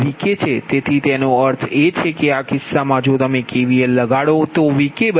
તેથી તેનો અર્થ એ છે કે આ કિસ્સામાં જો તમે KVL લગાડો તો